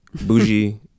bougie